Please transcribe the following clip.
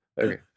okay